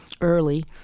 early